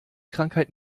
krankheit